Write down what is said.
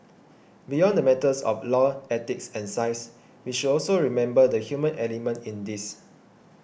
beyond the matters of law ethics and science we should also remember the human element in this